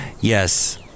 Yes